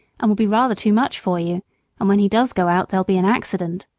and will be rather too much for you and when he does go out there'll be an accident.